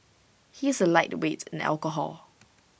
he is A lightweight in alcohol